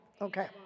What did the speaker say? Okay